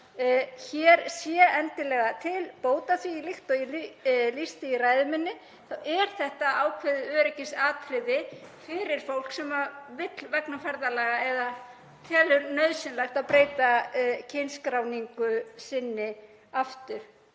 hér sé endilega til bóta því að líkt og ég lýsti í ræðu minni þá er þetta ákveðið öryggisatriði fyrir fólk sem vill vegna ferðalaga eða telur nauðsynlegt að breyta kynskráningu sinni aftur.